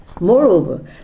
Moreover